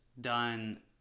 done